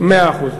מאה אחוז.